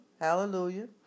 Hallelujah